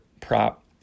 prop